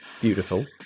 Beautiful